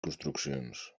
construccions